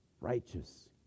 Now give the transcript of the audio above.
righteous